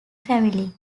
family